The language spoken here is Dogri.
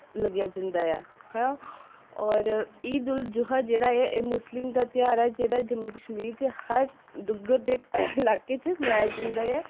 लाया जंदा ऐ और ईद उल जुहा जेह्ड़ा ऐ एह् मुस्लिम दा ध्यार ऐ जेह्ड़ा जम्मू कश्मीर च हर डुग्गर दे लाके च मनाया जंदा ऐ